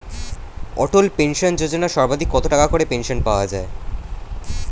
অটল pension Yojana সর্বাধিক কত টাকা করে পেনশন পাওয়া যায়?